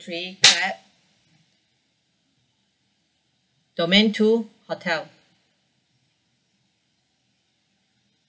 three clap domain two hotel